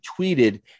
tweeted